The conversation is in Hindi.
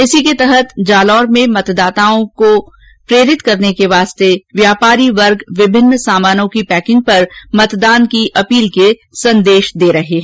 इसी के तहत जालोर में मतदाताओं को प्रेरित करने के लिये व्यापारी वर्ग विभिन्न सामानों की पैकिंग पर मतदान की अपील करते हुए संदेश दे रहे है